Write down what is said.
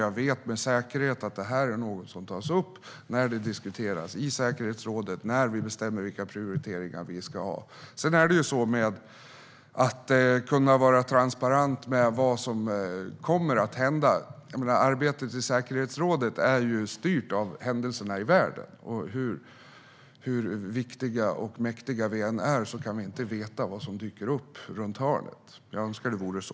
Jag vet med säkerhet att det här är något som tas upp i diskussionerna i säkerhetsrådet och när vi bestämmer vilka prioriteringar vi ska ha. När det sedan gäller att kunna vara transparent med vad som kommer att hända är ju arbetet i säkerhetsrådet styrt av händelserna i världen. Hur viktiga och mäktiga vi än är kan vi inte veta vad som dyker upp runt hörnet. Jag önskar att det vore så.